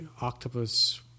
octopus